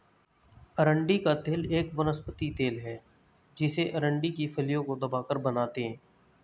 अरंडी का तेल एक वनस्पति तेल है जिसे अरंडी की फलियों को दबाकर बनाते है